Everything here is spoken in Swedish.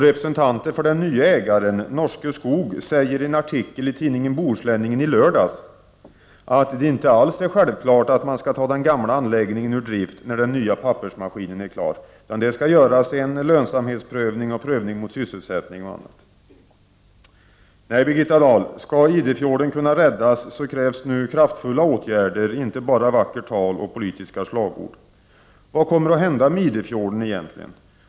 Representanter för den nye ägaren Norske skog säger = Prot. 1989/90:43 ien artikel i tidningen Bohuslänningen i lördags att det inte alls är självklart 11 december 1989 att man skall ta den gamla anläggningen ur drift när den nya pappersmaski = CA nen är klar, utan det skall göras en lönsamhetsprövning och en prövning mot sysselsättning m.m. Nej, Birgitta Dahl, skall Idefjorden kunna räddas krävs nu kraftfulla åtgärder, inte bara vackert tal och politiska slagord. Vad kommer att hända med Idefjorden egentligen?